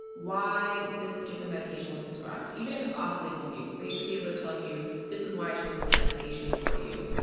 why this particular medication was prescribed. even if it's off label use, they should be able to tell you this is why i chose this medication for you.